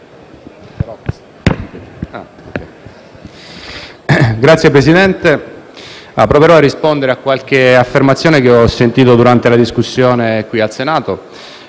Signor Presidente, proverò a rispondere a qualche affermazione che ho sentito durante la discussione qui in Senato.